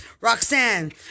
Roxanne